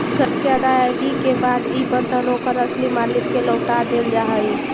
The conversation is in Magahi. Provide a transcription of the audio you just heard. ऋण के अदायगी के बाद इ बंधन ओकर असली मालिक के लौटा देल जा हई